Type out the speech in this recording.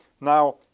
now